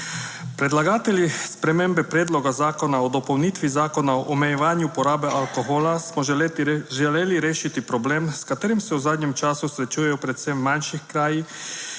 Predlagatelji spremembe Predloga zakona o dopolnitvi Zakona o omejevanju porabe alkohola, smo želeli rešiti problem, s katerim se v zadnjem času srečujejo Predvsem manjših krajih,